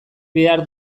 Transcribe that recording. behar